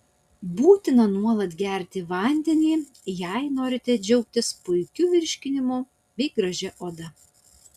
būtina nuolat gerti vandenį jei norite džiaugtis puikiu virškinimu bei gražia oda